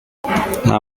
nta